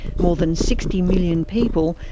more than sixty million people,